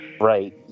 Right